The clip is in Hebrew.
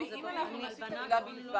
אם נוסיף את המילה "בלבד"?